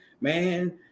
man